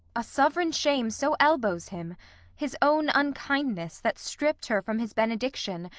a sovereign shame so elbows him his own unkindness, that stripp'd her from his benediction,